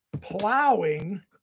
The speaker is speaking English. plowing